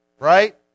right